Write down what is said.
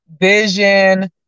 vision